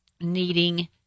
needing